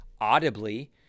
audibly